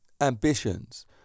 ambitions